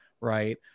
right